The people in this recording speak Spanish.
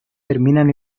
terminan